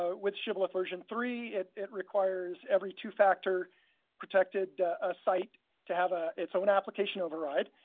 ah with shibboleth version three, it it requires every two factor protected ah site to have ah its own application override,